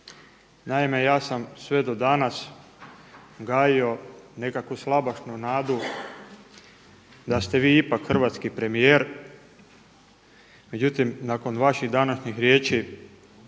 Naime, ja sam sve do danas gajio nekakvu slabašnu nadu da ste vi ipak hrvatski premijer, međutim nakon vaših današnjih riječi